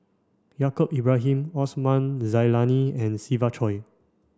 Yaacob Ibrahim Osman Zailani and Siva Choy